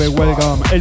welcome